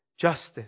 justice